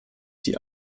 die